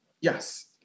Yes